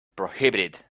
prohibited